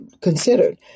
considered